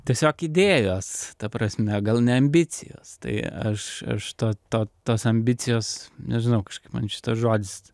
tiesiog idėjos ta prasme gal ne ambicijas tai aš aš to tos ambicijos nežinau kažkaip man šitas žodis